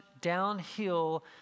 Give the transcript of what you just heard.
downhill